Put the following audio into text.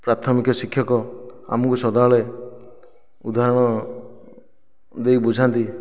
ପ୍ରାଥମିକ ଶିକ୍ଷକ ଆମକୁ ସଦାବେଳେ ଉଦାହରଣ ଦେଇ ବୁଝାନ୍ତି